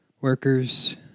workers